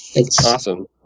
awesome